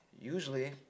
usually